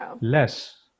less